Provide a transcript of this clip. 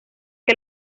que